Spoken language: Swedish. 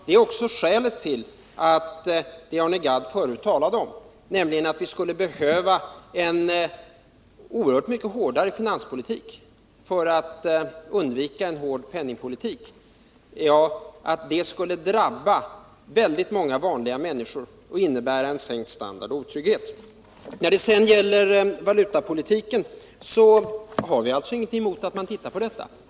Det är också skälet till det som Arne Gadd förut talade om, nämligen att vi skulle behöva en oerhört mycket hårdare finanspolitik för att undvika en hård penningpolitik och att det skulle drabba väldigt många vanliga människor och innebära en sänkt standard och otrygghet. När det sedan gäller valutapolitiken har vi alltså ingenting emot att man ser på den.